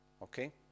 Okay